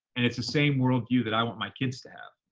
and it's the same worldview that i want my kids to have,